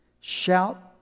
shout